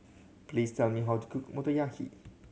please tell me how to cook Motoyaki